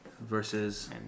Versus